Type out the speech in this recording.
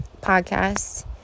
podcast